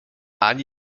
ani